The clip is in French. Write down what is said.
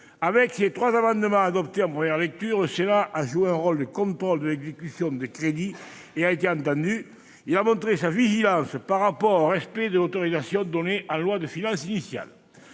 Avec ses trois amendements adoptés en première lecture, le Sénat a joué son rôle de contrôle de l'exécution des crédits. Il a été entendu. Nous avons ainsi montré notre vigilance quant au respect de l'autorisation donnée en loi de finances initiale.